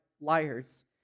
liars